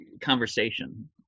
conversation